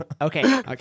Okay